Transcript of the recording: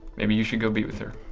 maybe you should go be with her.